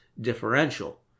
differential